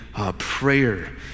prayer